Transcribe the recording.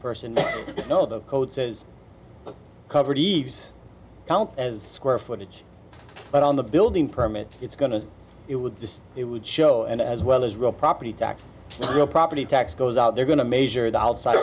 personally know the code says covered each count as square footage but on the building permit it's going to it would just it would show and as well as real property tax real property tax goes out they're going to measure the outside of